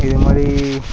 இது மாதிரி